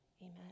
Amen